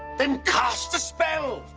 then cast a spell.